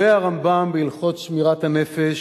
אומר הרמב"ם בהלכות שמירת הנפש: